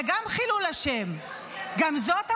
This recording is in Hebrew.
זה גם חילול השם, גם זאת המורשת,